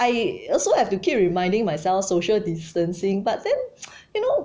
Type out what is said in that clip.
I also have to keep reminding myself social distancing but then you know